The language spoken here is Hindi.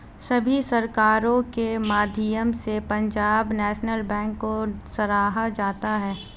सभी सरकारों के माध्यम से पंजाब नैशनल बैंक को सराहा जाता रहा है